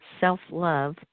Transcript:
Self-Love